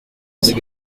bâtie